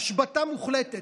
השבתה מוחלטת.